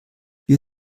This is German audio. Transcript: wir